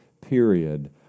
period